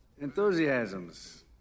enthusiasms